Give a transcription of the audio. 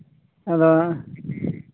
ᱟᱫᱚ